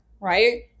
Right